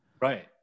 right